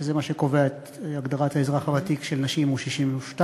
שזה מה שקובע את הגדרת האזרח הוותיק של נשים הוא 62,